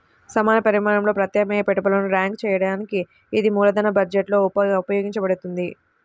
సమాన పరిమాణంలో ప్రత్యామ్నాయ పెట్టుబడులను ర్యాంక్ చేయడానికి ఇది మూలధన బడ్జెట్లో ఉపయోగించబడుతుంది